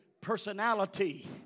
personality